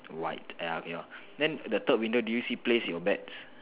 white ya okay lor then the third window do you see place your bets